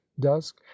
dusk